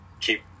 keep